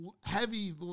heavy